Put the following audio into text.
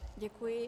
Děkuji.